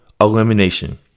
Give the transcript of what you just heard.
Elimination